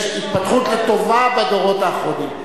יש התפתחות לטובה בדורות האחרונים.